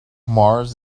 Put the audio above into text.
mars